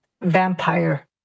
vampire